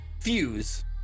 Fuse